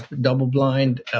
double-blind